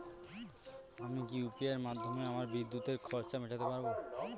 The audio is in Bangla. আমি কি ইউ.পি.আই মাধ্যমে আমার বিদ্যুতের খরচা মেটাতে পারব?